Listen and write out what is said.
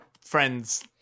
friends